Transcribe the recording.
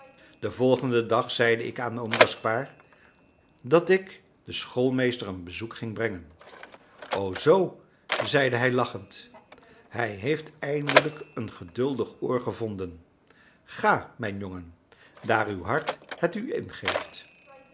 den volgenden dag zeide ik aan oom gaspard dat ik den schoolmeester een bezoek ging brengen o zoo zeide hij lachend hij heeft eindelijk een geduldig oor gevonden ga mijn jongen daar uw hart het u ingeeft